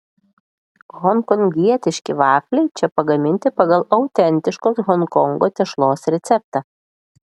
honkongietiški vafliai čia pagaminti pagal autentiškos honkongo tešlos receptą